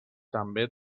també